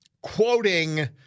quoting